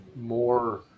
more